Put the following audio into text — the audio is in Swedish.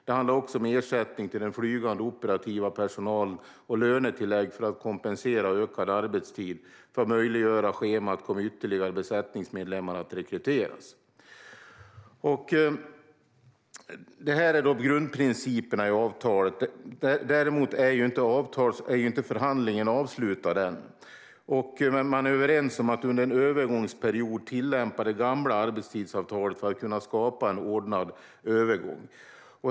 Det handlar också om ersättning till den flygande operativa personalen och om lönetillägg för att kompensera ökad arbetstid. För att schemat ska möjliggöras kommer ytterligare besättningsmedlemmar att rekryteras. Detta är grundprinciperna i avtalet. Däremot är inte förhandlingen avslutad än. Men man är överens om att under en övergångsperiod tillämpa det gamla arbetstidsavtalet för att kunna skapa en ordnad övergång.